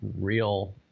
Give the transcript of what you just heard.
real